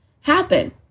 happen